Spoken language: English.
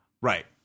Right